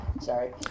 sorry